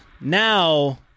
now